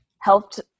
helped